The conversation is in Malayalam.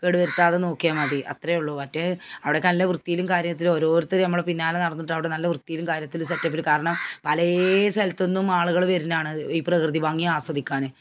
കേടുവരുത്താതെ നോക്കിയാൽ മതി അത്രയേയുള്ളു വറ്റെ അവിടെയൊക്കെ അല്ല വൃത്തിയിലും കാര്യത്തിലും ഓരോരുത്തർ അമ്മടെ പിന്നാലെ നടന്നിട്ട് അവിടെ നല്ല വൃത്തിയിലും കാര്യത്തിലും സെറ്റപ്പിലും കാരണം പലേ സലത്തു നിന്നും ആളുകൾ വരുന്നതാണ് ഈ പ്രകൃതി ഭംഗി ആസ്വദിക്കാൻ